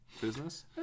business